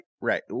Right